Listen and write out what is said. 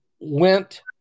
went